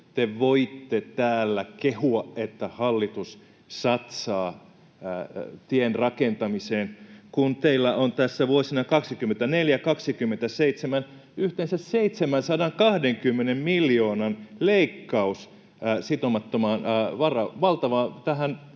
te voitte täällä kehua, että hallitus satsaa tienrakentamiseen, kun teillä on vuosina 24—27 yhteensä 720 miljoonan leikkaus tähän sitomattomaan, valtavaan